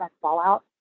fallout